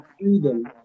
freedom